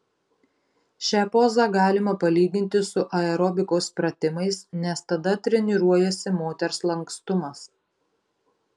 šią pozą galima palyginti su aerobikos pratimais nes tada treniruojasi moters lankstumas